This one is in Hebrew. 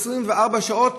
24 שעות,